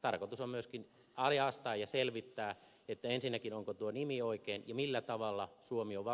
tarkoitus on myöskin ajastaa ja selvittää ensinnäkin onko tuo nimi oikein ja millä tavalla suomi on